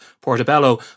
Portobello